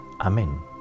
Amen